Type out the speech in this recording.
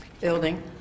building